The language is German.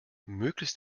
möglichst